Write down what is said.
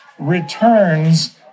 returns